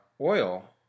oil